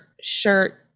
shirt